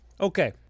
Okay